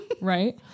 right